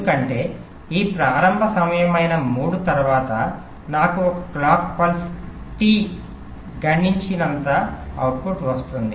ఎందుకంటే ఈ ప్రారంభ సమయమైన 3 తరువాత నాకు ఒక క్లోక్ పల్స్ t గణించినంత ఔట్పుట్ వస్తుంది